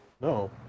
No